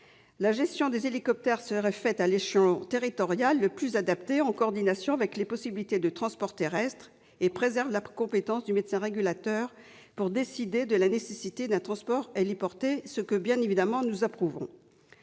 La gestion des hélicoptères serait faite à l'échelon territorial le plus adapté, en coordination avec les possibilités de transports terrestres. Elle préserverait la compétence du médecin régulateur pour décider de la nécessité d'un transport héliporté, ce que nous approuvons.